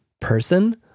person